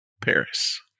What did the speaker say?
Paris